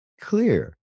clear